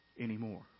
anymore